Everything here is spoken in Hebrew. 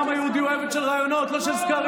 העם היהודי הוא עבד של רעיונות, לא של סקרים.